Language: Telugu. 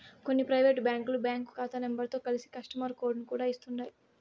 కొన్ని పైవేటు బ్యాంకులు బ్యాంకు కాతా నెంబరుతో కలిసి కస్టమరు కోడుని కూడా ఇస్తుండాయ్